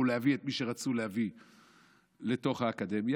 להביא את מי שרצו להביא לתוך האקדמיה.